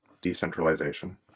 decentralization